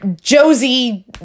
Josie